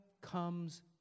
comes